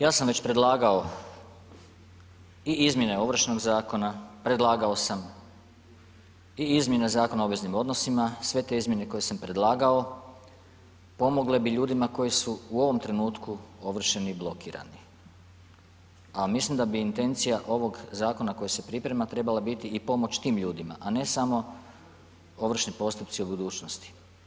Ja sam već predlagao i izmjene Ovršnog zakona, predlagao sam i izmjene Zakona o obveznim odnosima, sve te izmjene koje sam predlagao, pomogle bi ljudima koji su u ovom trenutku ovršeni i blokirani, a mislim da bi intencija ovog zakona koji se priprema, trebala biti i pomoć tim ljudima, a ne samo ovršni postupci u budućnosti.